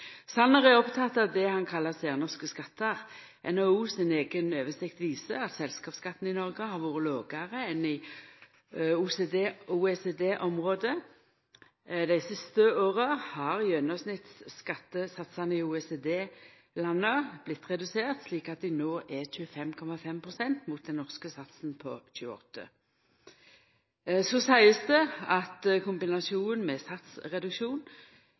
er oppteken av det han kallar særnorske skattar. NHO si eiga oversikt viser at selskapsskatten i Noreg har vore lågare enn i OECD-området. Dei siste åra har gjennomsnittsskattesatsane i OECD-landa vorte redusert, slik at dei no er 25,5 pst., mot den norske satsen på 28 pst. Så seiest det at i kombinasjon med satsreduksjon